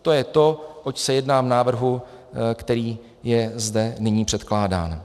To je to, oč se jedná v návrhu, který je zde nyní předkládán.